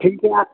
ठीक है आप